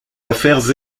affaires